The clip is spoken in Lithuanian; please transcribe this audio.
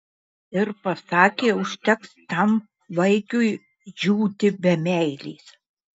ir pasakė užteks tam vaikiui džiūti be meilės